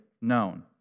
known